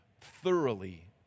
thoroughly